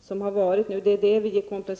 som har förekommit.